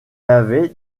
avait